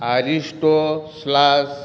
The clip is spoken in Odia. Aristo slash